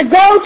go